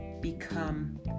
Become